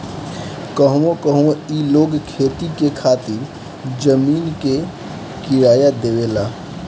कहवो कहवो ई लोग खेती करे खातिर जमीन के किराया देवेला